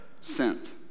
Sent